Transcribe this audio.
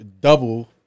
double